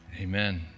amen